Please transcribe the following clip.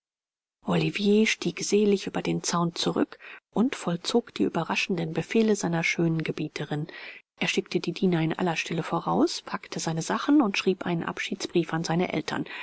olivier stieg selig über den zaun zurück und vollzog die überraschenden befehle seiner schönen gebieterin er schickte die diener in aller stille voraus packte seine sachen und schrieb einen abschiedsbrief an seine eltern